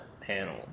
panel